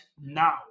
now